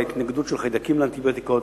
ההתנגדות של חיידקים לאנטיביוטיקות.